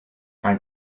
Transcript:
ein